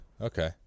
Okay